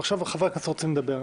ועכשיו חברי הכנסת רוצים לדבר.